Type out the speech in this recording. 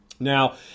Now